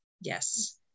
yes